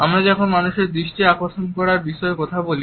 আমরা যখন মানুষের দৃষ্টি আকর্ষন করার বিষয়ে কথা বলি